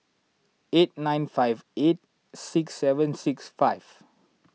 eight nine five eight six seven six five